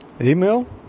Email